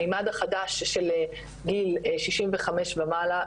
המימד החדש של גיל 65 ומעלה,